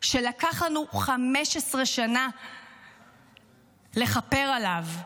שלקח לנו 15 שנה לכפר עליו,